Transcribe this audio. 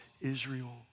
Israel